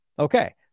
Okay